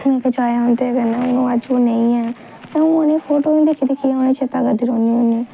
photo खचाए उं'दे कन्नै अज्ज ओह् नेईं ऐ हून उ'नें फोटो गी दिक्खी दिक्खी ऐ उ'नेंगी चेता करदी रौह्न्नी होन्नी